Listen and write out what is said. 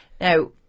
Now